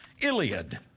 Iliad